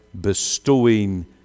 bestowing